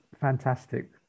fantastic